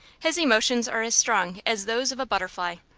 his emotions are as strong as those of a butterfly.